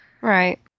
Right